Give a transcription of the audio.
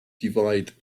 divide